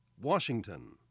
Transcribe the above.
Washington